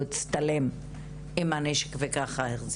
אז אחר-כך נברר מול המשטרה,